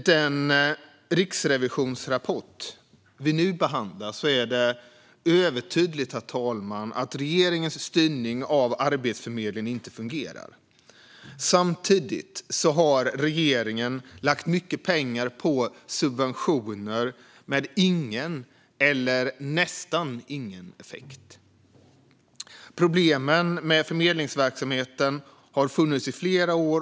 I Riksrevisionens rapport som vi nu behandlar är det övertydligt att regeringens styrning av Arbetsförmedlingen inte fungerar. Samtidigt har regeringen lagt mycket pengar på subventioner med ingen eller nästan ingen effekt. Problemen med förmedlingsverksamheten har funnits i flera år.